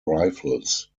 rifles